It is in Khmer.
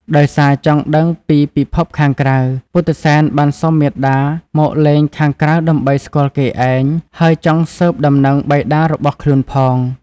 ដោយសារចង់ដឹងពីពិភពខាងក្រៅ ពុទ្ធិសែនបានសុំមាតាមកលេងខាងក្រៅដើម្បីស្គាល់គេឯង ហើយចង់ស៊ើបដំណឹងបិតារបស់ខ្លួនផង។